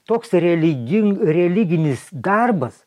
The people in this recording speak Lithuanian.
toks religing religinis darbas